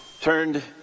turned